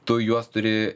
tu juos turi